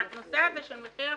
בנושא הזה של מחיר החשמל.